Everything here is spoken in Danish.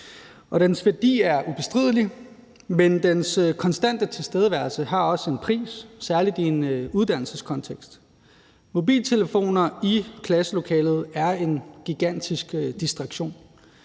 Dens værdi er ubestridelig, men dens konstante tilstedeværelse har også en pris, særlig i en uddannelseskontekst. Mobiltelefoner i klasselokalet er en gigantisk distraktion.